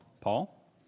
Paul